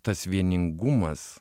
tas vieningumas